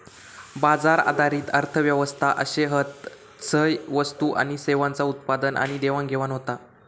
बाजार आधारित अर्थ व्यवस्था अशे हत झय वस्तू आणि सेवांचा उत्पादन आणि देवाणघेवाण होता